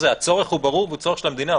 הצורך הוא ברור וזה צורך של המדינה,